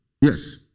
Yes